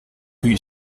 rue